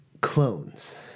clones